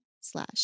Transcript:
slash